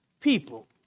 people